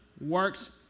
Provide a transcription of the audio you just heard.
works